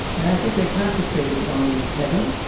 and i think they concentrated on heaven,